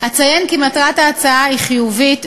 אציין כי מטרת ההצעה חיובית,